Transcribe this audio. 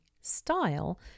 style